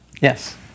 yes